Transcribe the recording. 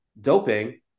doping